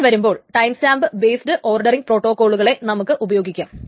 അങ്ങനെ വരുമ്പോൾ timestamp based ordering പ്രോട്ടോകോളുകളെ നമുക്ക് ഉപയോഗിക്കാം